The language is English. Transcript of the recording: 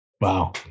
Wow